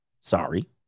Sorry